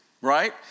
right